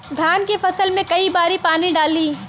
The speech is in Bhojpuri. धान के फसल मे कई बारी पानी डाली?